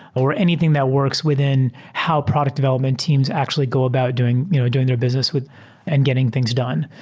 or anything that works within how product development teams actually go about doing you know doing their business with and getting things done.